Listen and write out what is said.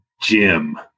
Jim